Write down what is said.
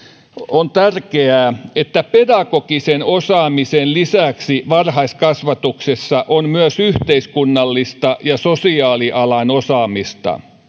on tärkeää että pedagogisen osaamisen lisäksi varhaiskasvatuksessa on myös yhteiskunnallista ja sosiaalialan osaamista